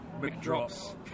McDrops